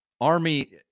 Army